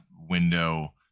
window